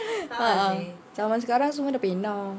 uh uh zaman sekarang semua dah PayNow